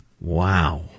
Wow